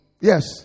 Yes